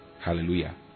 Hallelujah